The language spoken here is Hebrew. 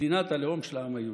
מדינת הלאום של העם היהודי.